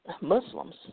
Muslims